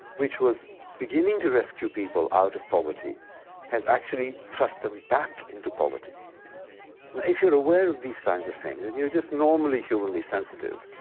which was beginning to rescue people out of poverty has actually thrust them back into poverty? now if you're aware of these kinds of things and you're just normally humanly sensitive,